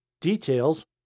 Details